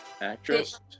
actress